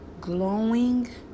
glowing